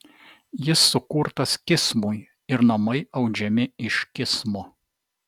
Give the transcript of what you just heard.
jis sukurtas kismui ir namai audžiami iš kismo